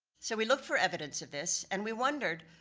so we look for evidence of this, and we wondered,